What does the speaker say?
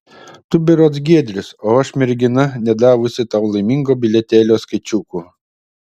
tu berods giedrius o aš mergina nedavusi tau laimingo bilietėlio skaičiukų